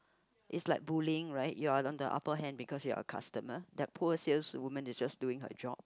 is like bullying right you are on the upper hand because you are a customer that poor saleswoman is just doing her job